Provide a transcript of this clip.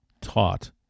taught